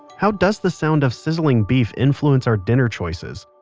how does the sound of sizzling beef influence our dinner choices?